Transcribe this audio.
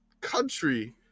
country